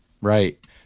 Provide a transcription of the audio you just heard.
Right